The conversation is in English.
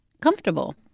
comfortable